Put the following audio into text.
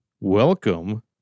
Welcome